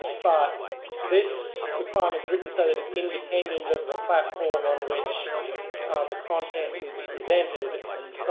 but this requirement is written so that it's independent of the platform on which the content is presented, and